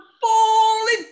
Falling